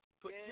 Put